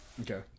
Okay